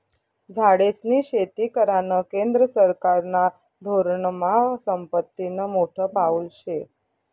झाडेस्नी शेती करानं केंद्र सरकारना धोरनमा संपत्तीनं मोठं पाऊल शे